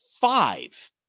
five